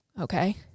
Okay